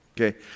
okay